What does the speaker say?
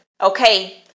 Okay